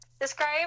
describe